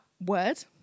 word